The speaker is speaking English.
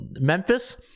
Memphis